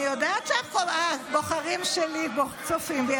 אני יודעת שהבוחרים שלי צופים בי,